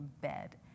bed